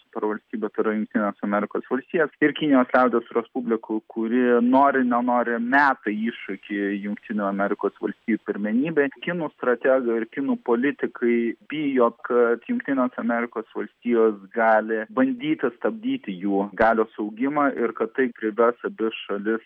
supervalstybė tai yra jungtinės amerikos valstijos ir kinijos liaudies respublikų kuri nori nenori meta iššūkį jungtinių amerikos valstijų pirmenybei kinų strategai ir kinų politikai bijo kad jungtinės amerikos valstijos gali bandyti stabdyti jų galios augimą ir kad tai privers abi šalis